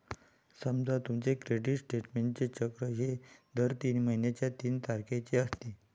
समजा तुमचे क्रेडिट स्टेटमेंटचे चक्र हे दर महिन्याच्या तीन तारखेचे असते